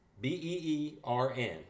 B-E-E-R-N